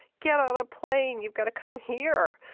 get on a plane. you've got to come here.